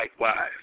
likewise